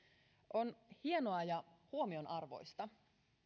on hienoa ja huomion arvoista